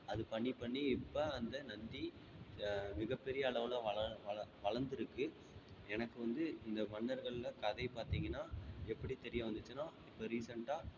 அது பண்ணி பண்ணி இப்போ அந்த நந்தி மிகப்பெரிய அளவில் வளர் வள வளர்ந்துருக்கு எனக்கு வந்து இந்த மன்னர்களில் கதை பார்த்தீங்கன்னா எப்படி தெரிய வந்துச்சுன்னால் இப்போ ரீசண்டாக